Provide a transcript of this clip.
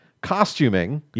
costuming